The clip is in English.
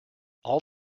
all